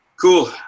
Cool